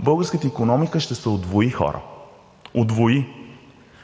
българската икономика ще се удвои, хора! Удвои!